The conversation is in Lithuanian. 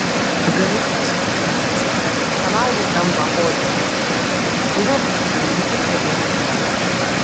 galinga srovė vroclave pralaužė dambą oderio upėje buvo užtvindyti keli rajonai